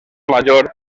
major